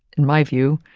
in my view,